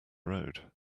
road